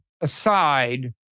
aside